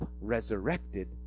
resurrected